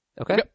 Okay